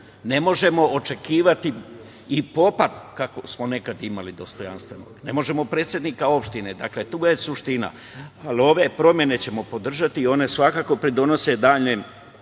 Ne možemo očekivati i popa kakvog smo nekada imali, dostojanstvenog, ne možemo predsednika opštine, dakle tu je suština, ali ove promene ćemo podržati i one svakako pridonose daljem